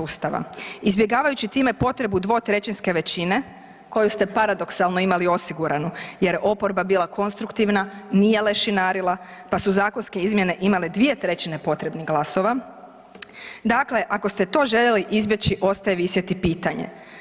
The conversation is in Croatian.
Ustava izbjegavajući time potrebu dvotrećinske većine koju ste paradoksalno imali osiguranu, jer oporba je bila konstruktivna, nije lešinarila pa su zakonske izmjene imale 2/3 potrebnih glasova, dakle ako ste to željeli izbjeći ostaje visjeti pitanje.